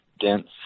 dense